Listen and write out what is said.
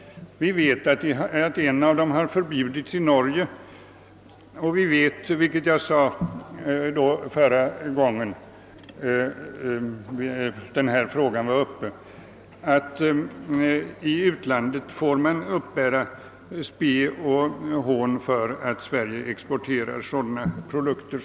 Vi vet att en av dem har förbjudits i Norge, och vi vet — vilket jag nämnde förra gången denna fråga var uppe — att vi i utlandet får uppbära spe och hån för att Sverige exporterar sådana produkter.